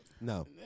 No